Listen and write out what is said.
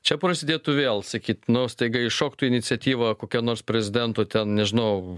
čia prasidėtų vėl sakyt nu staiga iššoktų iniciatyva kokia nors prezidento ten nežinau